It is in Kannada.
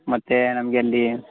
ಮತ್ತೆ ನಮಗೆ ಅಲ್ಲಿ